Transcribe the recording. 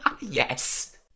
Yes